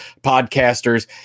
podcasters